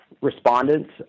respondents